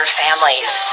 families